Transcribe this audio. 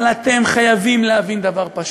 אבל אתם חייבים להבין דבר פשוט: